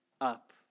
up